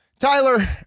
Tyler